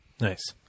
Nice